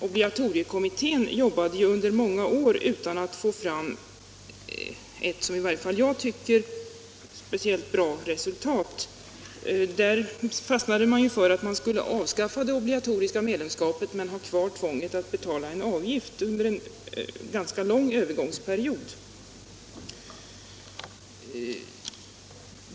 Obligatoriekommittén jobbade under många år för att få fram ett resultat som i varje fall jag inte tycker är speciellt bra. Kommittén fastnade för att man skulle avskaffa det obligatoriska medlemskapet men ha kvar tvånget att betala avgift under en ganska lång övergångsperiod.